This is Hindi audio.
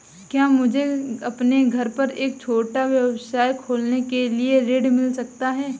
क्या मुझे अपने घर पर एक छोटा व्यवसाय खोलने के लिए ऋण मिल सकता है?